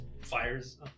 fires